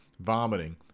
vomiting